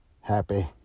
happy